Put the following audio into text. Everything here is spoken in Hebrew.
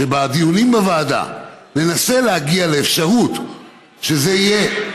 שבדיונים בוועדה ננסה להגיע לאפשרות שזה יהיה,